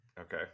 Okay